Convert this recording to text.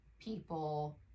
people